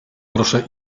proszę